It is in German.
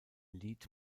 lied